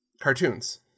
cartoons